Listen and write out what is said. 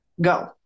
Go